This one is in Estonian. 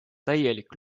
täielik